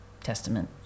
testament